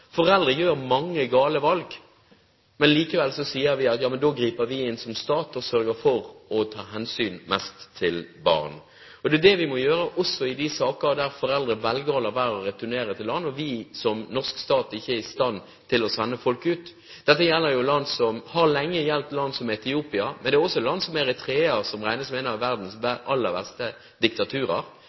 inn som stat og sørger for å ta mest hensyn til barna. Det er det vi må gjøre også i de saker der foreldre velger å la være å returnere til land og vi som norsk stat ikke er i stand til å sende dem ut. Dette har lenge gjeldt land som Etiopia, men også land som Eritrea, som regnes som et av verdens aller verste diktaturer.